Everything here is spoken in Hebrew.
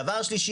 דבר שלישי,